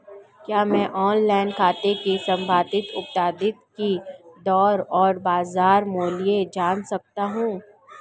क्या मैं ऑनलाइन खेती से संबंधित उत्पादों की दरें और बाज़ार मूल्य जान सकता हूँ?